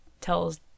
tells